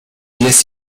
diez